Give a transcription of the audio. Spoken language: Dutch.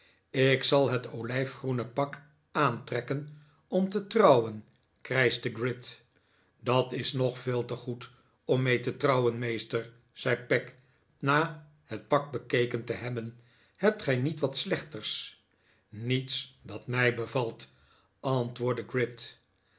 ik zal het olijfgroene pak aantrekken om te trouwen krijschte gride dat is nog veel te goed om mee te trouwen meester zei peg na het pak bekeken te hebben hebt gij niet wat slechters niets dat mij bevalt antwoordde